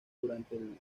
durante